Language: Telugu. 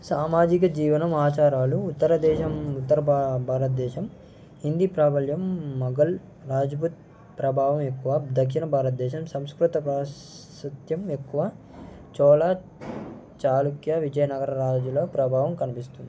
సామాజిక జీవనం ఆచారాలు ఉత్తరదేశం ఉత్తర భారతదేశం హిందీ ప్రాబల్యం మొఘల్ రాజ్పుత్ ప్రభావం ఎక్కువ దక్షిణ భారతదేశం సంస్కృత భాసత్యం ఎక్కువ చోలా చాలుక్య విజయనగర రాజుల ప్రభావం కనిపిస్తుంది